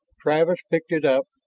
travis picked it up,